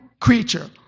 creature